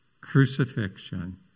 crucifixion